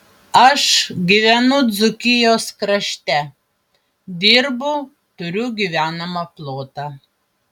aš gyvenu dzūkijos krašte dirbu turiu gyvenamą plotą